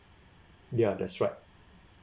ya that's right